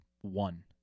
one